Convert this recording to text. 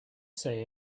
say